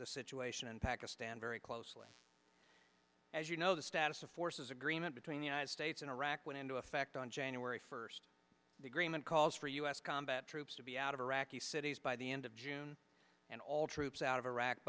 the situation in pakistan very closely as you know the status of forces agreement between the united states and iraq went into effect on january first the agreement calls for u s combat troops to be out of iraqi cities by the end of june and all troops out of iraq